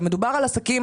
מדובר על עסקים